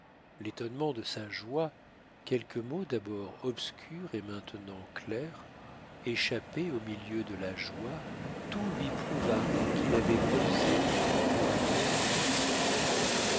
l'étonnement de sa joie quelques mots d'abord obscurs et maintenant clairs échappés au milieu de la joie tout lui prouva qu'il avait posé pour une autre personne